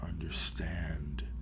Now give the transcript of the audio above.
understand